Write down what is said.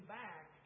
back